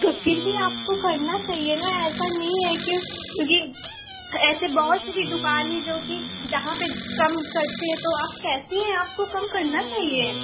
आपको करना चाहिए न ऐसा नहीं है कि क्योंकि ऐसे बहुत से भी दुकान हैं जो कि जहाँ पर कम करते हैं तो आप कैसी हैं आपको कम करना चाहिए